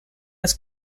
das